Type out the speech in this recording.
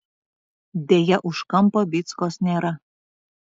deja už kampo vyckos nėra